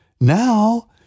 Now